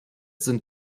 sind